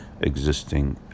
existing